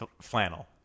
flannel